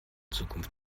zukunft